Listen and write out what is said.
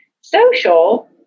Social